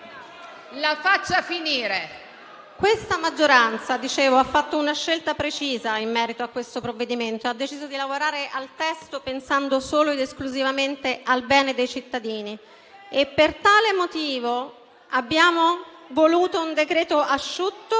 *(M5S)*. Questa maggioranza ha fatto una scelta precisa in merito a questo provvedimento: ha deciso di lavorare al testo pensando solo ed esclusivamente al bene dei cittadini e, per tale motivo, abbiamo voluto un decreto asciutto